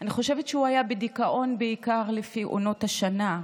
אני חושבת שהוא היה בדיכאון בעיקר לפי עונות השנה.